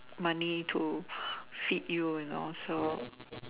money to feed you know so